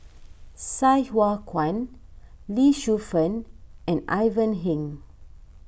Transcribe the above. Sai Hua Kuan Lee Shu Fen and Ivan Heng